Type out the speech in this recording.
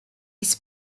his